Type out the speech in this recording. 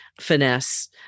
finesse